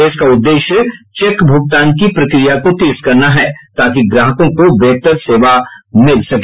इसका उद्देश्य चेक भूगतान की प्रक्रिया को तेज करना है ताकि ग्राहकों को बेहतर सेवा मिल सके